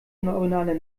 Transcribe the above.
neuronale